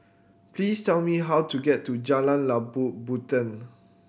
please tell me how to get to Jalan Labu Puteh